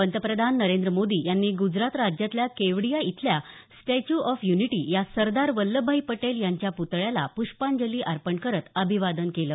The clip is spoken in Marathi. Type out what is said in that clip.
पंतप्रधान नरेंद्र मोदीं यांनी ग्जरात राज्यातल्या केवडिया इथल्या स्टॅच्यू ऑफ य्निटी या सरदार वल्लभभाई पटेल यांच्या प्तळ्याला प्ष्पांजली अर्पण करत अभिवादन केलं